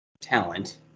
talent